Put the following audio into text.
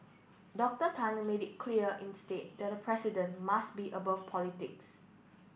Doctor Tan made it clear instead that the president must be above politics